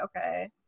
Okay